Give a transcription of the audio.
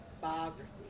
biography